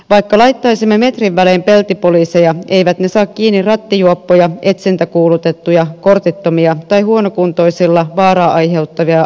vaikka laittaisimme metrin välein peltipoliiseja eivät ne saa kiinni rattijuoppoja etsintäkuulutettuja kortittomia tai huonokuntoisilla vaaraa aiheuttavilla ajoneuvoilla ajavia